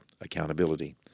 accountability